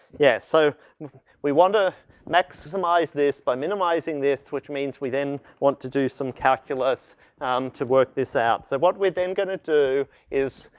yes, so we want to maximize this, by minimizing this, which means we then want to do some calculus to work this out. so, what we're then gonna do is,